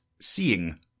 seeing